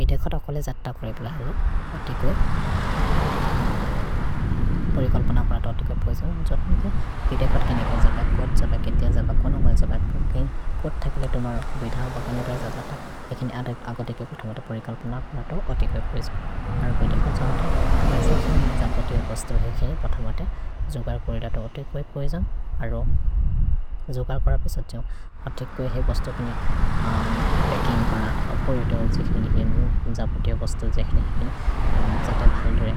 भिदेक्सत् अकोले जत्त कोरे प्लएले अतिक्वे परिकल्पोन कोर तो अतिक्वे पोइजन् जत्नि कि बिदेक्सत् केने कोइ जबकोत्, जबकेतिअ जबकोन्, अमज् जबकोत्, केने कोत् थकेले तुम्हर होबि धब केने जबत, हेकिनि अग देखे पोथमत परिकल्पोन कोर तो अतिक्वे पोइजन्। अरो बिदेक्सत् जह्ते तुम्हर जिखेनि जबकोतिओ बस्तौ हेकिनि पोथमत जोगर् कोरे रत अतिक्वे पोइजन्, अरो जोगर् कोरपे सछोन् अतिक्वे हे बस्तौ केने पेकिन्ग् कोन पोरिउते अल्जिखेनि जिखेनि जबकोतिओ बस्तौ जेखेनि हेकिनि जते भल् दोरे